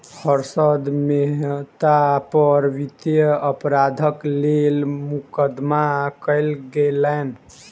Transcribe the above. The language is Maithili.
हर्षद मेहता पर वित्तीय अपराधक लेल मुकदमा कयल गेलैन